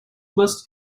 must